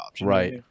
Right